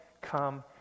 come